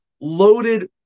loaded